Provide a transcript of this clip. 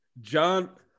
John